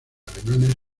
alemanes